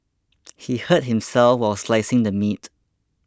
he hurt himself while slicing the meat